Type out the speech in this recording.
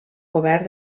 govern